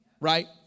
Right